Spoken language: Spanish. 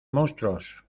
monstruos